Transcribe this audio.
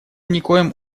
никоим